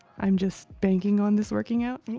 i'm just banking on this working out. and